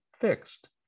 fixed